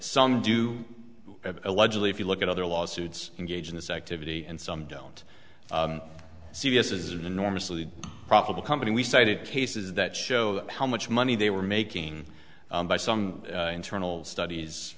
some do allegedly if you look at other lawsuits engage in this activity and some don't see this is an enormously profitable company we cited cases that show how much money they were making by some internal studies